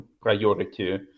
priority